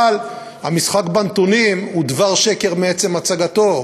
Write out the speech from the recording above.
אבל המשחק בנתונים הוא דבר שקר מעצם הצגתו,